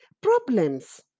Problems